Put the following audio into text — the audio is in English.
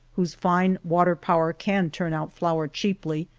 whose fine water-power can turn out flour cheaply,